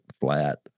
flat